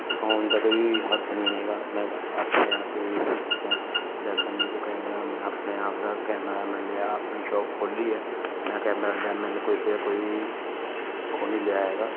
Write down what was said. ਸਿਖਾਉਣ ਦਾ ਕੋਈ ਹੱਥ ਨਹੀਂ ਹੈਗਾ ਮੈਂ ਆਪਣੇ ਆਪ ਹੀ ਸਿਖਿਆ ਜਦ ਦਾ ਮੇਰੇ ਕੋਲ ਕੈਮਰਾ ਮੈਂ ਆਪਣੇ ਆਪ ਦਾ ਕੈਮਰਾ ਮੈਂ ਲਿਆ ਆਪਣੀ ਸ਼ੋਪ ਖੋਲ੍ਹੀ ਆ ਮੈਂ ਕੈਮਰਾ ਲਿਆ ਮੈਨੂੰ ਕਿਸੇ ਕੋਈ ਉਹ ਨਹੀਂ ਲਿਆ ਹੈਗਾ